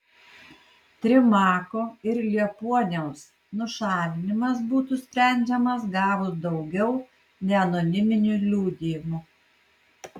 trimako ir liepuoniaus nušalinimas būtų sprendžiamas gavus daugiau neanoniminių liudijimų